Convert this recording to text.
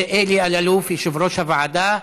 זה אלי אלאלוף, יושב-ראש הוועדה,